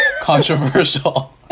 controversial